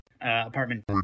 apartment